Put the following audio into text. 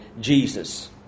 Jesus